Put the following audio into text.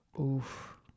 Oof